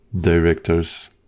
director's